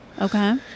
Okay